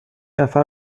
نفر